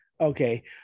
Okay